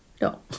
No